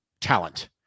talent